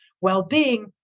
well-being